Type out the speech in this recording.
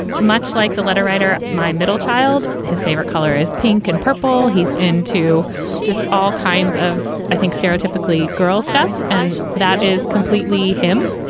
much like the letter writer, my middle child. his favorite color is pink and purple. he's i n two just all kinds of, i think stereotypically girl stuff and that is completely him.